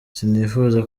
sinifuza